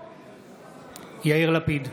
בעד יאיר לפיד,